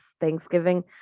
Thanksgiving